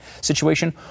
situation